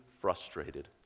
frustrated